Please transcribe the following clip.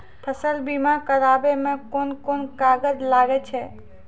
फसल बीमा कराबै मे कौन कोन कागज लागै छै?